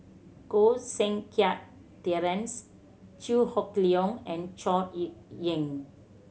Koh Seng Kiat Terence Chew Hock Leong and Chor Yeok Eng